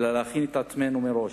אלא להכין את עצמנו מראש.